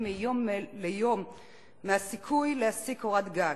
מיום ליום מהסיכוי להשיג קורת גג.